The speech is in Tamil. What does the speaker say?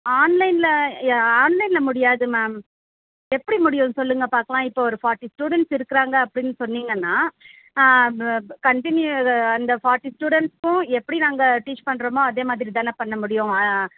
ஆன்லைனில் ய ஆன்லைனில் முடியாது மேம் எப்படி முடியும் சொல்லுங்கள் பார்க்கலாம் இப்போ ஒரு ஃபார்ட்டி ஸ்டூடண்ட்ஸ் இருக்கிறாங்க அப்படின்னு சொன்னிங்கன்னா கன்டின்யூ இது அந்த ஃபார்ட்டி ஸ்டூடண்ஸுக்கும் எப்படி நாங்கள் டீச் பண்ணுறமோ அதேமாதிரி தானே பண்ண முடியும்